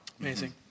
Amazing